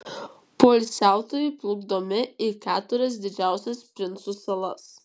poilsiautojai plukdomi į keturias didžiausias princų salas